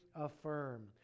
affirm